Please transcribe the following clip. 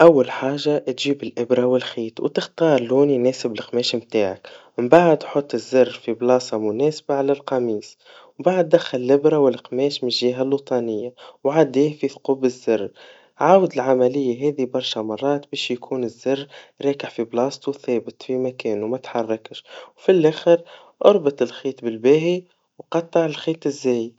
أول حاجا إتجيب الإبرا والخيط, وتختار اللون يناسب القماش متاعك, من بعد حط الزر في مكان مناسب على القميص, من بعد دخل الإبرا والقماش من الجهة السفلية, وعديه في ثقوب الزر, عاود العمليا هاذي برشا مرات, باش يكون الزر راكح في مكانه, ثابن في مكانه متحركش, وفالآخر, أربط الخيط بالباهي وقطع الخيط الزايد.